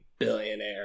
billionaire